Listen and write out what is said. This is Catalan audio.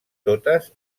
totes